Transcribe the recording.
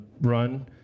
run